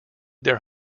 their